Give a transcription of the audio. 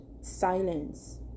silence